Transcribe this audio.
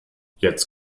jetzt